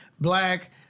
Black